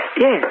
Yes